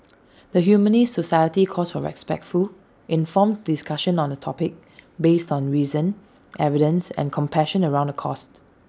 the Humanist society calls for respectful informed discussion on the topic based on reason evidence and compassion around the caused